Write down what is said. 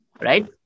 right